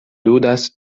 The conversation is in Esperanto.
ludas